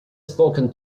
spoken